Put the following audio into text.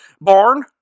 Barn